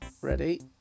Ready